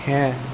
হ্যাঁ